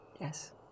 Yes